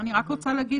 אני רק רוצה להגיד